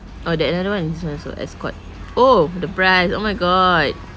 or the another one is this one also Ascott oh the price oh my god